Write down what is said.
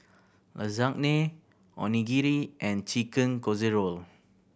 Lasagne Onigiri and Chicken Casserole